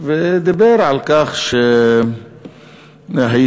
ודיבר על כך אלי,